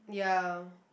ya